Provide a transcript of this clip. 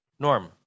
Norm